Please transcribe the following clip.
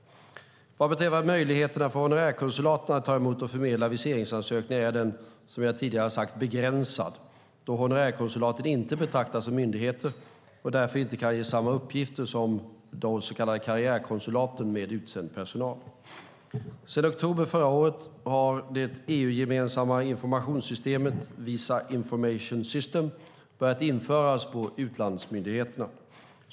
Vad beträffar möjligheterna för honorärkonsulaten att ta emot och förmedla viseringsansökningar är den, som jag tidigare har sagt, begränsad då honorärkonsulaten inte betraktas som myndigheter och därför inte kan ges samma uppgifter som de så kallade karriärkonsulaten med utsänd personal. Sedan oktober förra året har det EU-gemensamma informationssystemet Visa Information System börjat införas på utlandsmyndigheterna.